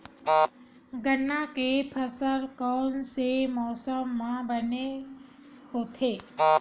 गन्ना के फसल कोन से मौसम म बने होथे?